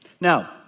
Now